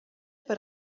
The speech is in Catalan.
per